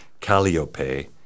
calliope